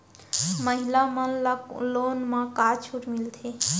महिला मन ला लोन मा का छूट मिलथे?